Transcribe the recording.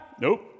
Nope